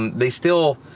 um they still,